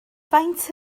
faint